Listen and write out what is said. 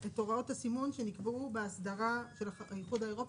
את הוראות הסימון שנקבעו באסדרה של האיחוד האירופי,